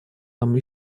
нам